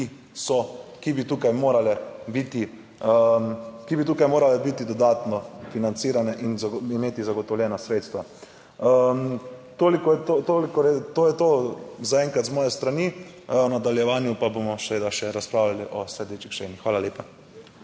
biti, ki bi tukaj morala biti dodatno financirane in imeti zagotovljena sredstva. Toliko, toliko, to je to zaenkrat z moje strani, v nadaljevanju pa bomo seveda še razpravljali o sledečih členih. Hvala lepa.